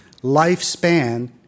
Lifespan